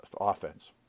offense